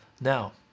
Now